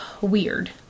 weird